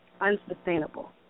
unsustainable